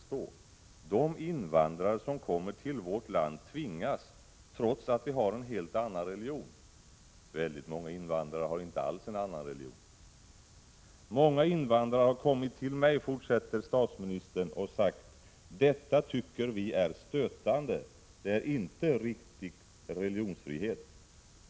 Väldigt många invandrare har nämligen inte alls en annan religion. Statsministern fortsätter: ”Många invandrare har kommit till mig och sagt: Detta tycker vi är stötande — det är inte riktig religionsfrihet.